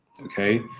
Okay